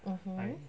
mmhmm